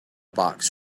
box